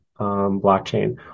blockchain